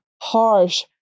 harsh